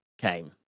came